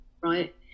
right